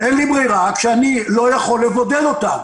ברירה כשאני לא יכול לבודד אותם.